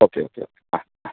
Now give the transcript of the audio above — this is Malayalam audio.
ഓക്കെ ഓക്കെ ഓക്കെ ആ ആ